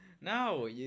No